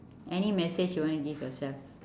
any message you wanna give yourself